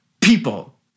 people